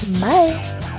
Bye